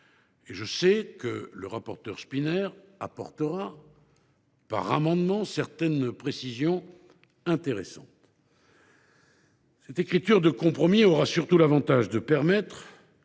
et je sais que le rapporteur Szpiner y apportera par voie d’amendement certaines précisions intéressantes. Cette rédaction de compromis présentera surtout l’avantage de permettre,